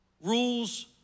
rules